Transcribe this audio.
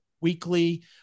weekly